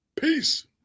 Peace